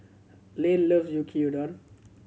Lane loves Yuki Udon